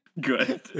good